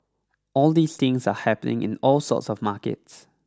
all these things are happening in all sorts of markets